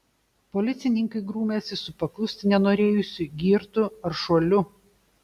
policininkai grūmėsi su paklusti nenorėjusiu girtu aršuoliu